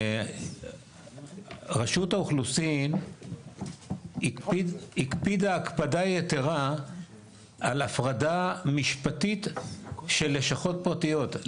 רשות האוכלוסין הקפידה הקפדה יתרה על הפרדה משפטית של לשכות פרטיות.